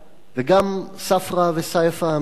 וגם ספרא וסייפא אמיתי,